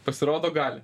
pasirodo gali